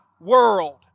world